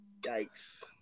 Yikes